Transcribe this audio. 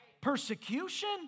persecution